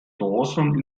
dawson